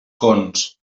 cons